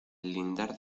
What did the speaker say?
lindar